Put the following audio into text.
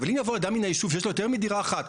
אבל אם יבוא אדם מן היישוב שיש לו יותר מדירה אחת,